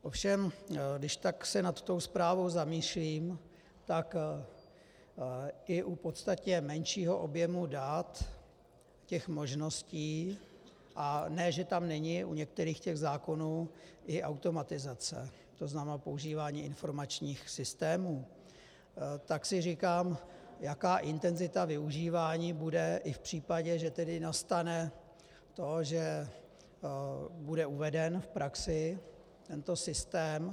Ovšem když se tak nad tou zprávou zamýšlím, tak i u podstatně menšího objemu dat těch možností, a ne že tam není u některých zákonů i automatizace, to znamená používání informačních systémů, tak si říkám, jaká intenzita využívání bude i v případě, že tedy nastane to, že bude uveden v praxi tento systém.